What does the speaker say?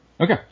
Okay